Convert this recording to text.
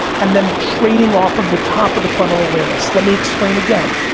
and then trading off of the top of the funnel awareness. let me explain again.